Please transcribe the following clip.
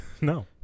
No